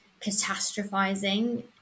catastrophizing